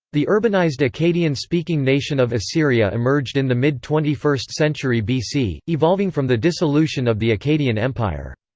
the urbanised akkadian-speaking nation of assyria emerged in the mid twenty first century bc, evolving from the dissolution of the akkadian empire.